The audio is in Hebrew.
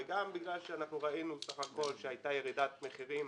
וגם בגלל שראינו סך הכול שהייתה ירידת מחירים